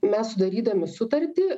mes sudarydami sutartį